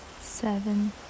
seven